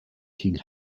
king